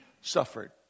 suffered